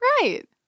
Right